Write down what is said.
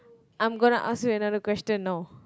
I'm gonna ask you another question now